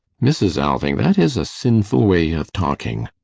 mrs. alving, that is a sinful way of talking.